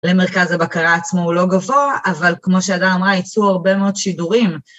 למרכז הבקרה עצמו הוא לא גבוה, אבל כמו שהדר אמרה, ייצאו הרבה מאוד שידורים.